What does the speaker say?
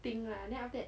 think lah then after that